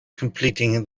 completing